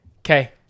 Okay